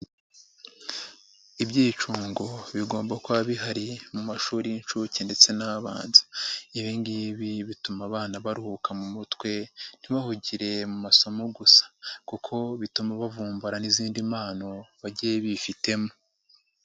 Ibyicungo bigomba kuba bihari mu mashuri y'inshuke ndetse n'abanza, ibi ngibi bituma abana baruhuka mu mutwe ntibahugire mu masomo gusa kuko bituma bavumbura n'izindi mpano bagiye bifitemo.